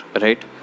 right